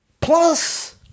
Plus